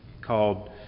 called